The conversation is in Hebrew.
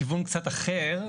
מכיוון קצת אחר,